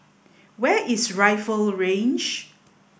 where is Rifle Range